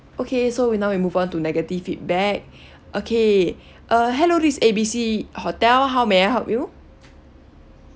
okay so we now we move on to negative feedback okay uh hello this A B C hotel how may I help you